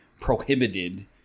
prohibited